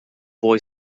boy